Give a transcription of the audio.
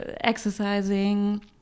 exercising